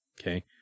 Okay